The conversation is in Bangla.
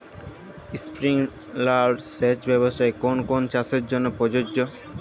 স্প্রিংলার সেচ ব্যবস্থার কোন কোন চাষের জন্য প্রযোজ্য?